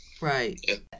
Right